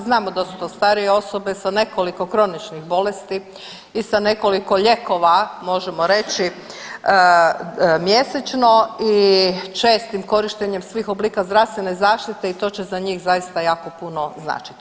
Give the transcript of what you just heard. Znamo da su to starije osobe sa nekoliko kroničnih bolesti i sa nekoliko lijekova možemo reći mjesečno i čestim korištenjem svih oblika zdravstvene zaštite i to će za njim zaista jako puno značiti.